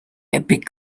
epic